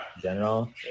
general